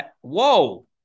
Whoa